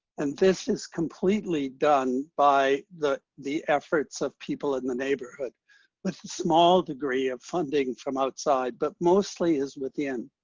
and this is completely done by the the efforts of people in the neighborhood with a small degree of funding from outside, but mostly is within.